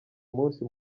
munsi